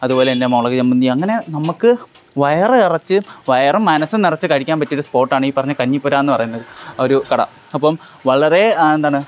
അതുപോലെ തന്നെ മുളക് ചമ്മന്തി അങ്ങനെ നമ്മള്ക്ക് വയറ് നിറച്ച് വയറും മനസ്സും നിറച്ച് കഴിക്കാൻ പറ്റിയ ഒരു സ്പോട്ടാണ് ഈ പറഞ്ഞ കഞ്ഞിപ്പുര എന്ന് പറയുന്നത് ഒരു കട അപ്പോള് വളരെ എന്താണ്